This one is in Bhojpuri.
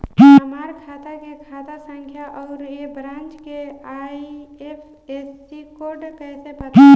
हमार खाता के खाता संख्या आउर ए ब्रांच के आई.एफ.एस.सी कोड कैसे पता चली?